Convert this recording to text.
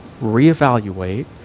reevaluate